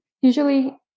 usually